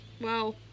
wow